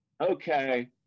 okay